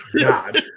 God